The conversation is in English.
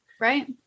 Right